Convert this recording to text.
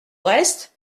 reste